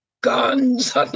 Guns